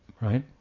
Right